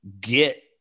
get